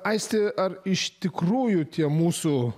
aistė ar iš tikrųjų tie mūsų